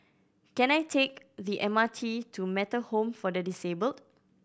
can I take the M R T to Metta Home for the Disabled